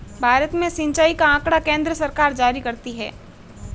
भारत में सिंचाई का आँकड़ा केन्द्र सरकार जारी करती है